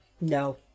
No